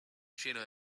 lleno